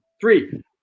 three